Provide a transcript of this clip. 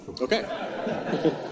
Okay